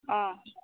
অ